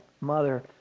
mother